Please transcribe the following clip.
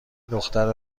دختر